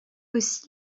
aussi